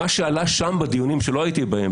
מה שעלה שם בדיונים שלא הייתי בהם,